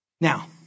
Now